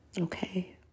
Okay